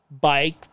bike